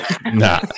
Nah